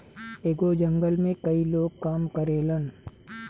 एगो जंगल में कई लोग काम करेलन